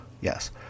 ...yes